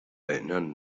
erinnern